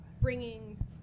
bringing